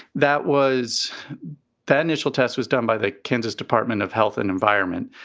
that was that initial test was done by the kansas department of health and environment.